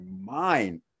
mind